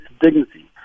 dignity